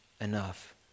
enough